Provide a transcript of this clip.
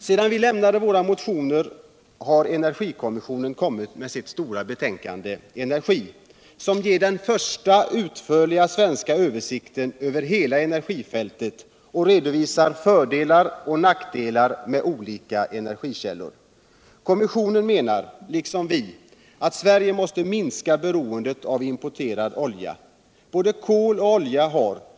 Sedan vi lämnade våra motioner har energikommissionen lagt fram sitt stora betänkande Energi, som ger den första utförliga svenska översikten över hela encergifältet och redovisar fördelar och nackdelar med olika energikällor. Kommissionen menar — liksom vi — att Sverige måste minska beroendet av importerad olja. Både kol och olja har.